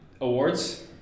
Awards